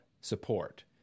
support